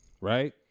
Right